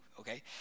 Okay